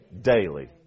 daily